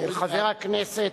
של חבר הכנסת